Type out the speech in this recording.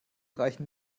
reichen